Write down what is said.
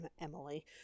Emily